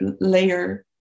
layer